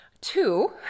two